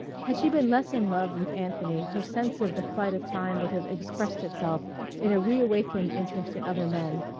had she been less in love with anthony her sense of the flight of time would have expressed itself in a reawakened interest in other men,